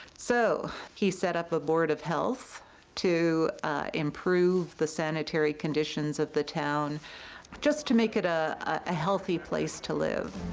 so he set up a board of health toto improve the sanitary conditions of the town just to make it ah a healthy place to live.